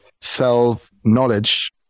self-knowledge